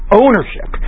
ownership